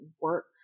work